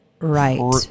Right